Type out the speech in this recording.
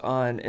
on